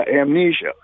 Amnesia